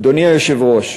אדוני היושב-ראש,